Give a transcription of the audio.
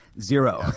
Zero